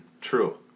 True